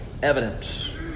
Evidence